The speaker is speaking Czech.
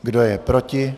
Kdo je proti?